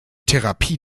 therapie